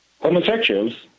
Homosexuals